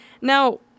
Now